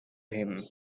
him